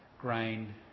grain